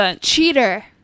Cheater